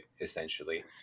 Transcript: essentially